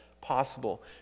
possible